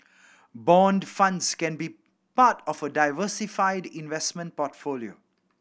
bond funds can be part of a diversified investment portfolio